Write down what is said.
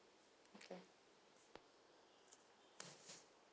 okay